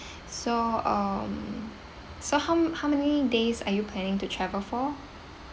so um so how how many days are you planning to travel for